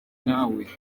nawe